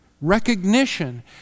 recognition